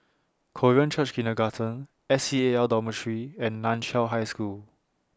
Korean Church Kindergarten S C A L Dormitory and NAN Chiau High School